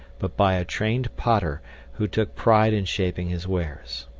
but by a trained potter who took pride in shaping his wares.